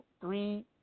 three